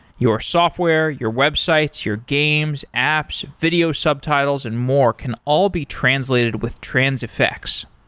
your software, your websites, your games, apps, video subtitles and more can all be translated with transifex.